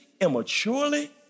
immaturely